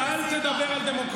סילמן,